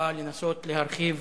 באה לנסות להרחיב